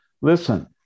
listen